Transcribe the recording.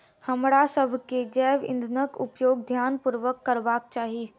हमरासभ के जैव ईंधनक उपयोग ध्यान पूर्वक करबाक चाही